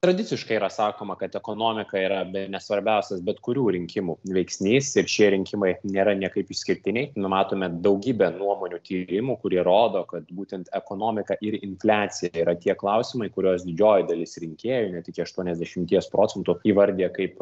tradiciškai yra sakoma kad ekonomika yra bene svarbiausias bet kurių rinkimų veiksnys ir šie rinkimai nėra niekaip išskirtiniai numatome daugybę nuomonių tyrimų kurie rodo kad būtent ekonomika ir infliacija yra tie klausimai kuriuos didžioji dalis rinkėjų net iki aštuoniasdešimties procentų įvardija kaip